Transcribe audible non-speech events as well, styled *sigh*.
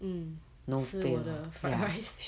um 吃我的 fried rice *laughs*